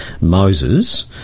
Moses